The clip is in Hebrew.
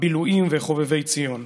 הביל"ויים וחובבי ציון.